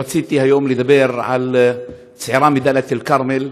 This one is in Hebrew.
רציתי היום לדבר על צעירה מדאלית אל-כרמל,